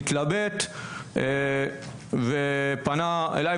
מתלבט ופנה אליי.